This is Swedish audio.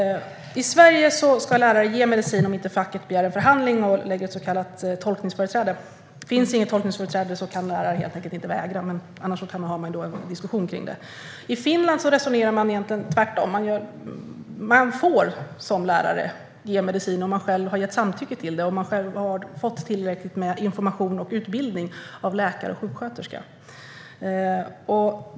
I Sverige ska lärare ge medicin om inte facket begär en förhandling och lägger ett så kallat tolkningsföreträde. Finns det inget tolkningsföreträde kan lärare helt enkelt inte vägra. Annars kan man ha en diskussion kring det. I Finland resonerar man egentligen på det motsatta sättet. Lärare får ge medicin om de själva har gett samtycke till det och har fått tillräcklig information och utbildning av läkare och sjuksköterska.